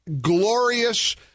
glorious